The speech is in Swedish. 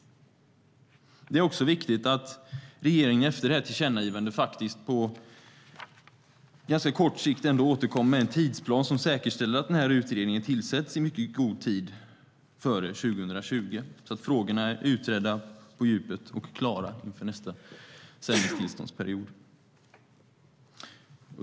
Det är också viktigt att regeringen efter tillkännagivandet faktiskt på ganska kort sikt återkommer med en tidsplan som säkerställer att utredningen tillsätts i mycket god tid före 2020, så att frågorna är utredda på djupet och klara inför nästa sändningstillståndsperiod.